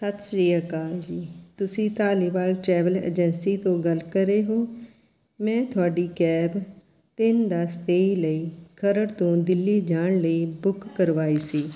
ਸਤਿ ਸ਼੍ਰੀ ਅਕਾਲ ਜੀ ਤੁਸੀਂ ਧਾਲੀਵਾਲ ਚੈਨਲ ਏਜੰਸੀ ਤੋਂ ਗੱਲ ਕਰੇ ਹੋ ਮੈਂ ਤੁਹਾਡੀ ਕੈਬ ਤਿੰਨ ਦਸ ਤੇਈ ਲਈ ਖਰੜ ਤੋਂ ਦਿੱਲੀ ਜਾਣ ਲਈ ਬੁੱਕ ਕਰਵਾਈ ਸੀ